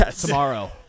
tomorrow